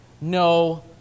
No